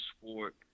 sport